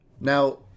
Now